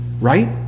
Right